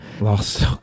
Lost